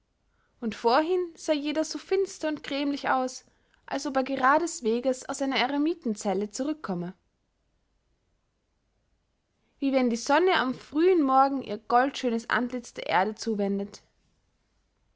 und vorhin sah jeder so finster und grämlich aus als ob er geradesweges aus einer eremitenzelle zurückkomme wie wenn die sonne am frühen morgen ihr goldschönes antlitz der erde zuwendet